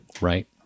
right